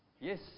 Yes